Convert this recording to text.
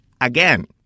again